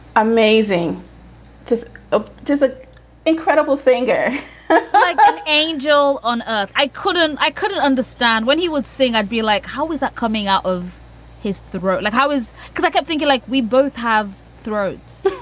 amazing just ah an incredible singer like an angel on earth. i couldn't i couldn't understand when he would sing. i'd be like, how was that coming out of his throat? like, how is because i keep thinking, like, we both have throats.